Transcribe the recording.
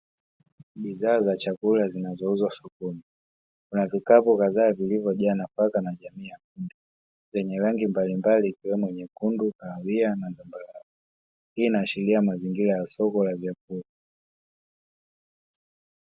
Bidhaa za chakula zinazouzwa sokoni kuna vikapu kadhaa zilizojaa nafaka na jamii ya kunde zenye rangi mbalimbali ikiwemo nyekundu, kahawia na dhambarau, hii inaashiria mazingira ya soko la vyakula.